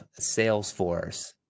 Salesforce